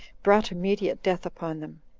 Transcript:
brought immediate death upon them.